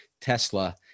Tesla